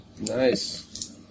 Nice